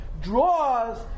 draws